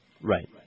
Right